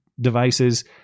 devices